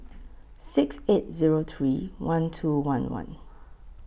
six eight Zero three one two one one